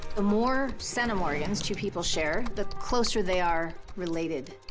the more centimorgans two people share, the closer they are related.